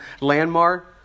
landmark